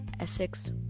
Essex